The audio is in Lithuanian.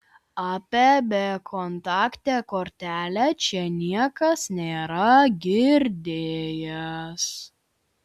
apie bekontaktę kortelę čia niekas nėra girdėjęs